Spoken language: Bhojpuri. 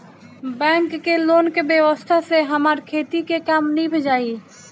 बैंक के लोन के व्यवस्था से हमार खेती के काम नीभ जाई